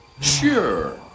sure